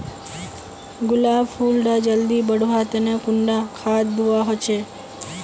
गुलाब फुल डा जल्दी बढ़वा तने कुंडा खाद दूवा होछै?